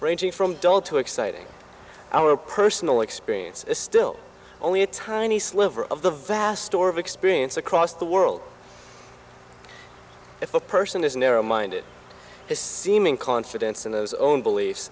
ranging from dull to exciting our personal experience is still only a tiny sliver of the vast store of experience across the world if a person is narrow minded his seeming confidence in those own beliefs